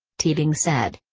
teabing said.